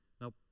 Now